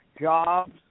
jobs